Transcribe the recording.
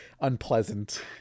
unpleasant